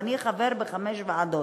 ואני חבר בחמש ועדות.